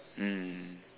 mm